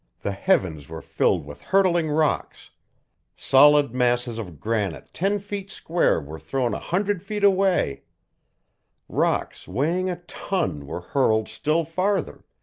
the heavens were filled with hurtling rocks solid masses of granite ten feet square were thrown a hundred feet away rocks weighing a ton were hurled still farther,